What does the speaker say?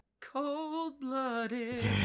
Cold-blooded